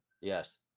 Yes